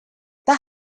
that